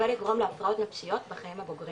ולגרום להפרעות נפשיות בחיים הבוגרים,